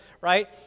right